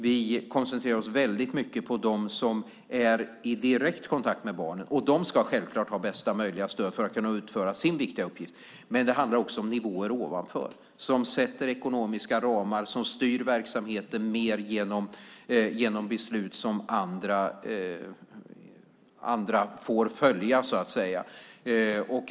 Vi koncentrerar oss väldigt mycket på dem som är i direkt kontakt med barnen. De ska självklart ha bästa möjliga stöd för att kunna utföra sin viktiga uppgift, men det handlar också om nivåer ovanför som sätter ekonomiska ramar, som styr verksamheten mer genom beslut som andra så att säga får följa.